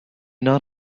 not